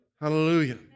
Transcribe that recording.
Hallelujah